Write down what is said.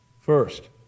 First